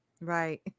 right